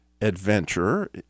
adventure